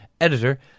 editor